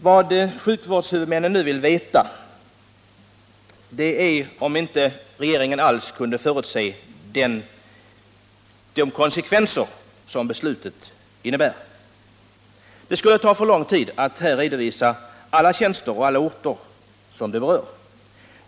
Vad sjukvårdshuvudmännen nu vill veta är om regeringen inte alls kunde förutse de konsekvenser som beslutet innebär. Det skulle ta för lång tid att här redovisa alla tjänster och orter som berörs av beslutet.